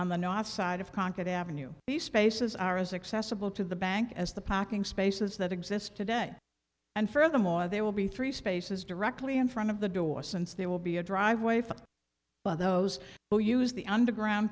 on the north side of concord avenue the spaces are as accessible to the bank as the parking spaces that exist today and furthermore they will be three spaces directly in front of the door since there will be a driveway for those who use the underground